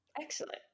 excellent